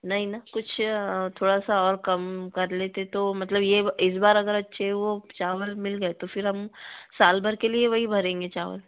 नहीं न कुछ थोड़ा सा और कम कर लेते तो मतलब यह इस बार अच्छे वह चावल मिल गए तो फ़िर हम साल भर के लिए वही भरेंगे चावल